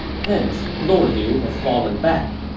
hence lord liu has fallen back.